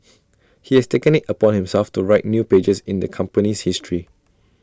he has taken IT upon himself to write new pages in the company's history